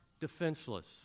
defenseless